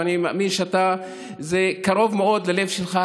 אני מאמין שזה קרוב מאוד ללב שלך,